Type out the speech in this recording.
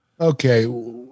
Okay